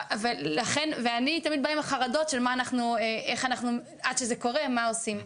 ואני תמיד באה עם החרדות של עד שזה קורה מה עושים.